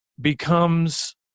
becomes